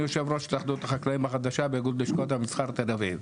אני יושב ראש התאחדות החקלאים החדשה באיגוד לשכות המסחר תל אביב.